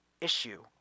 issue